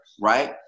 right